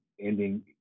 ending